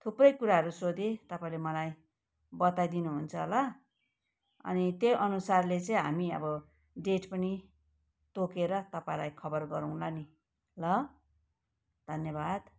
थुप्रै कुराहरू सोधेँ तपाईँले मलाई बताइदिनुहुन्छ होला अनि त्यही अनुसारले चाहिँ हामी अब डेट पनि तोकेर तपाईँलाई खबर गरौँला नि ल धन्यवाद